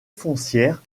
foncière